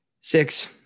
six